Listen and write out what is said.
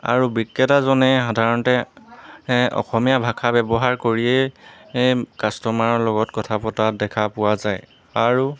আৰু বিক্ৰেতাজনে সাধাৰণতে অসমীয়া ভাষা ব্যৱহাৰ কৰিয়েই কাষ্টমাৰৰ লগত কথা পতা দেখা পোৱা যায় আৰু